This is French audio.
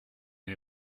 est